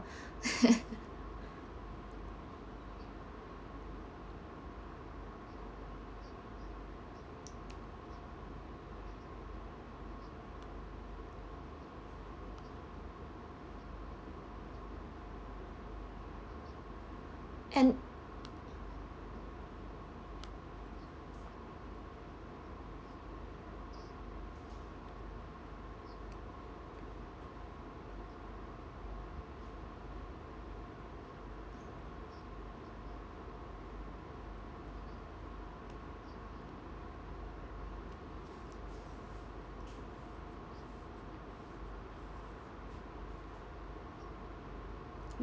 and